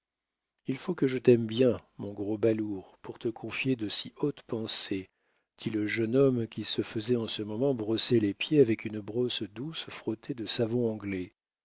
il faut que je t'aime bien mon gros balourd pour te confier de si hautes pensées dit le jeune homme qui se faisait en ce moment brosser les pieds avec une brosse douce frottée de savon anglais